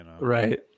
Right